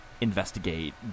investigate